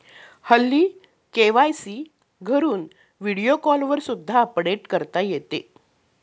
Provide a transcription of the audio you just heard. हल्ली के.वाय.सी घरून व्हिडिओ कॉलवर सुद्धा अपडेट करता येते